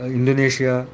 Indonesia